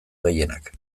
gehienak